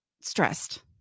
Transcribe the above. stressed